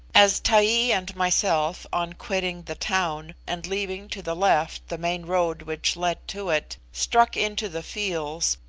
as taee and myself, on quitting the town, and leaving to the left the main road which led to it, struck into the fields,